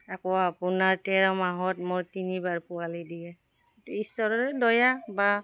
আকৌ আপোনাৰ তেৰ মাহত মোৰ তিনিবাৰ পোৱালি দিয়ে ঈশ্বৰৰে দয়া বা